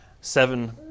Seven